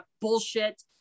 bullshit